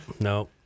no